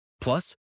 Plus